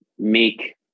make